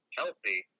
healthy